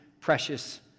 precious